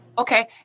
Okay